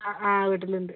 ആ ആ കേട്ടിട്ടുണ്ട്